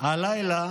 הלילה